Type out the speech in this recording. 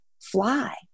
fly